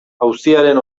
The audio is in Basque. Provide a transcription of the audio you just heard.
auziaren